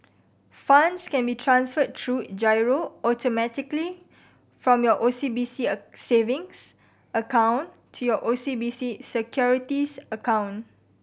funds can be transferred through firo automatically from your O C B C a savings account to your O C B C Securities account